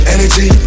Energy